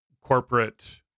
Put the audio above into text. corporate